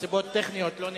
שמסיבות טכניות לא נקלט.